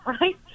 right